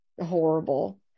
horrible